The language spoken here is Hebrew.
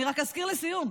אני רק אזכיר לסיום,